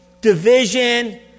division